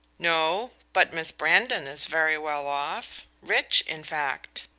no but miss brandon is very well off rich, in fact.